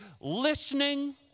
listening